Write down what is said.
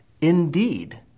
Indeed